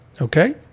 Okay